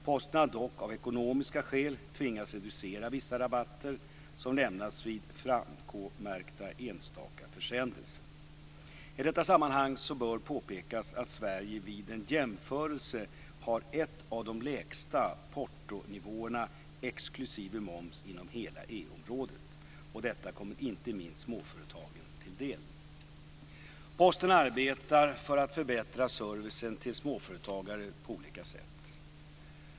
Posten har dock av ekonomiska skäl tvingats reducera vissa rabatter som lämnats vid frankomärkta enstaka försändelser. I detta sammanhang bör påpekas att Sverige vid en jämförelse har en av de lägsta portonivåerna exklusive moms inom hela EU-området. Detta kommer inte minst småföretagen till del. Posten arbetar för att förbättra servicen till småföretagare på olika sätt.